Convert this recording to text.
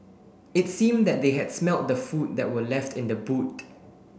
it seemed that they had smelt the food that were left in the boot